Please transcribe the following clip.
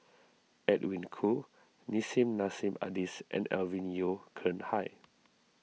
Edwin Koo Nissim Nassim Adis and Alvin Yeo Khirn Hai